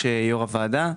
יו"ר הוועדה,